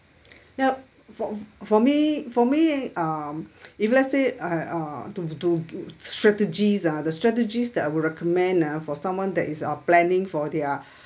yup for for me for me um if let's say I uh do do gi~ strategies ah the strategies that I would recommend lah for someone that is uh planning for their